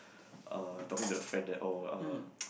uh talking to the friend that oh uh